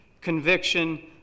conviction